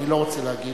אני לא רוצה להגיד,